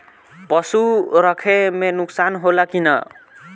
पशु रखे मे नुकसान होला कि न?